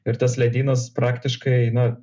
ir tas ledynas praktiškai na